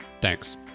Thanks